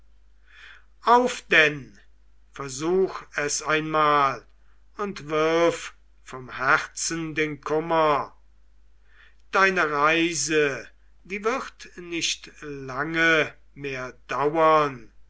auf denn versuch es einmal und wirf vom herzen den kummer deine reise die wird nicht lange mehr dauern